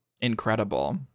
Incredible